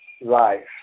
life